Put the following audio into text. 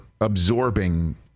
absorbing